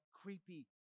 creepy